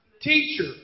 teacher